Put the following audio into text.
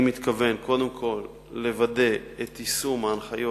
אני מתכוון קודם כול לוודא את יישום ההנחיות